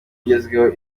igezweho